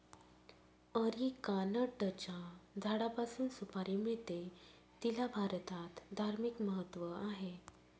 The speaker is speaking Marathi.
अरिकानटच्या झाडापासून सुपारी मिळते, तिला भारतात धार्मिक महत्त्व आहे